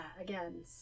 again